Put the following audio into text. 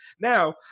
Now